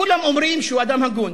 כולם אומרים שהוא אדם הגון.